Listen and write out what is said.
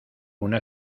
una